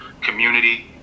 community